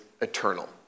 eternal